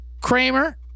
Kramer